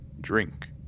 Drink